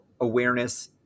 awareness